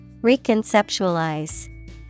Reconceptualize